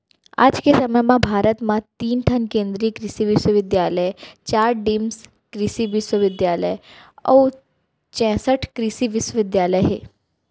आज के समे म भारत म तीन ठन केन्द्रीय कृसि बिस्वबिद्यालय, चार डीम्ड कृसि बिस्वबिद्यालय अउ चैंसठ कृसि विस्वविद्यालय ह